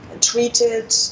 treated